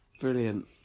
brilliant